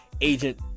agent